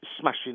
smashing